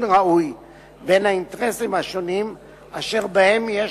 ראוי בין האינטרסים השונים אשר בהם יש